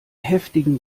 heftigen